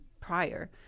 prior